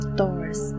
doors